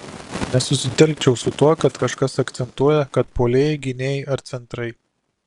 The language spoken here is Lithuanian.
nesusitelkčiau su tuo kad kažkas akcentuoja kad puolėjai gynėjai ar centrai